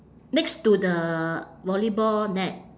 next to the volleyball net